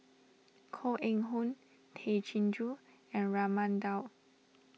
Koh Eng Hoon Tay Chin Joo and Raman Daud